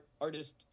artist